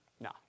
No